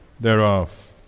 thereof